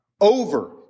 over